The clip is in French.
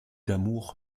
d’amour